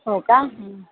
हो का